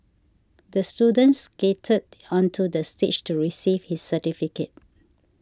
the student skated onto the stage to receive his certificate